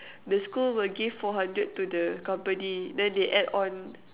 the school will give four hundred to the company then they add on